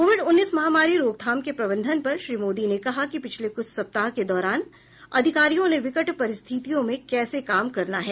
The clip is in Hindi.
कोविड उन्नीस महामारी रोकथाम के प्रबंधन पर श्री मोदी ने कहा कि पिछले क्छ सप्ताह के दौरान अधिकारियों ने विकट परिस्थितियों में कैसे काम करना है